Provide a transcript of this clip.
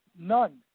none